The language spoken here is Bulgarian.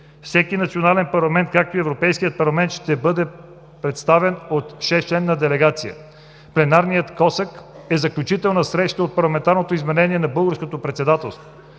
Всеки национален парламент, както и Европейският парламент, ще бъде представен от шестчленна делегация. Пленарният КОСАК е заключителна среща от Парламентарното измерение на Българското председателство.